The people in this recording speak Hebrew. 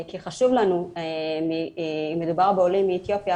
אם מדובר בעולים מאתיופיה,